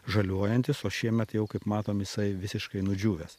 žaliuojantis o šiemet jau kaip matom jisai visiškai nudžiūvęs